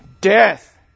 death